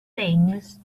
things